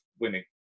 winning